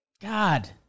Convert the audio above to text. God